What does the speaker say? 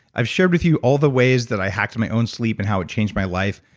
i've shared with you all the ways that i hacked my own sleep and how it changed my life,